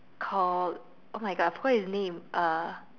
call !oh-my-God! I forgot his name uh